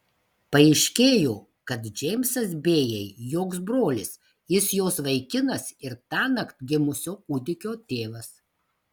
paaiškėjo kad džeimsas bėjai joks brolis jis jos vaikinas ir tąnakt gimusio kūdikio tėvas